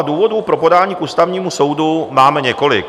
Důvodů pro podání k Ústavnímu soudu máme několik.